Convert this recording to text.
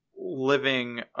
living